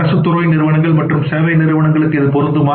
அரசுத்துறை நிறுவனங்கள் மற்றும் சேவை நிறுவனங்களுக்கும் இது பொருந்துமா